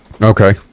Okay